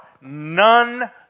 none